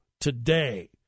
today